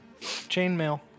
Chainmail